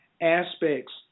aspects